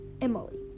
Emily